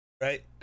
right